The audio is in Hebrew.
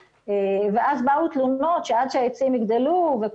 ואז באו תלונות שעד שהעצים יגדלו לא